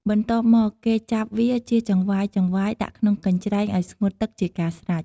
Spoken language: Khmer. បន្ទាប់មកគេចាប់វាជាចង្វាយៗដាក់ក្នុងកញ្ច្រែងឱ្យស្ងួតទឹកជាការស្រេច។